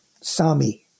Sami